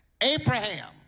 Abraham